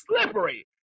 slippery